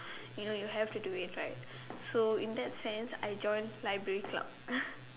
you know you have to do it like so in that sense I joined library club